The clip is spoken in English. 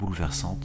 bouleversante